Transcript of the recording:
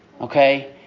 Okay